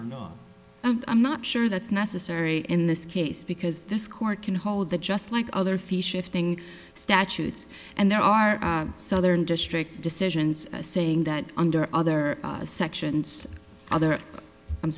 no i'm not sure that's necessary in this case because this court can hold that just like other fee shifting statutes and there are southern district decisions saying that under other sections other i'm